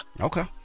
Okay